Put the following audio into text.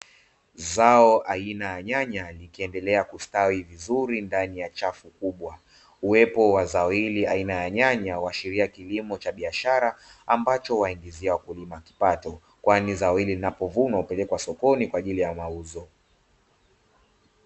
Zao aina ya nyanya likiendelea kustawi vizuri ndani ya chafu kubwa, uwepo wa zao hili aina ya nyanya uashiria kilimo cha biashara ambacho waingizia wakulima kipato kwani zao hili linapovunwa hupelele kwa sokoni kwa ajili ya mauzo.